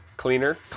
cleaner